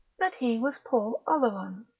that he was paul oleron,